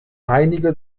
einige